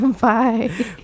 Bye